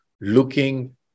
looking